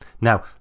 Now